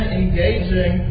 engaging